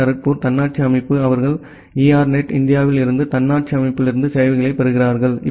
D Kharagpur தன்னாட்சி அமைப்பு அவர்கள் எர்னெட் இந்தியாவில் இருந்து தன்னாட்சி அமைப்பிலிருந்து சேவைகளைப் பெறுகிறார்கள்